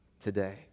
Today